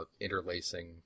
interlacing